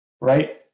right